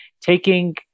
taking